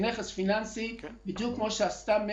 אלא רק כנכס פיננסי, בדיוק כמו שעשתה מ.י.